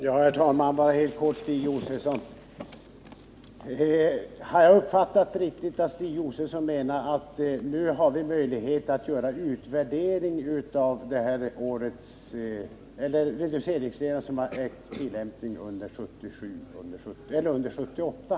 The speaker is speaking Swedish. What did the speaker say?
Herr talman! Bara några ord till Stig Josefson: Menar Stig Josefson att vi nu har möjlighet att göra en utvärdering av de reduceringsregler som ägt tillämpning under 1978?